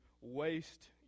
waste